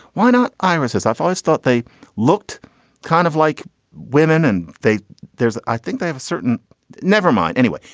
why not? iris, as i've always thought, they looked kind of like women. and they there's i think they have a certain never mind anyway.